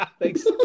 Thanks